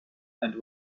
and